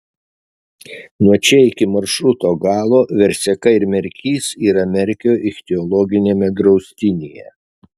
nuo čia iki maršruto galo verseka ir merkys yra merkio ichtiologiniame draustinyje